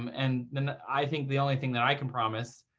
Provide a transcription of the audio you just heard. and i think the only thing that i can promise,